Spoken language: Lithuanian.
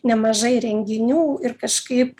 nemažai renginių ir kažkaip